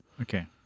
Okay